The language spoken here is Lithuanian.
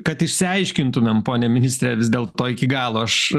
kad išsiaiškintumėm pone ministre vis dėlto iki galo aš